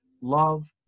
love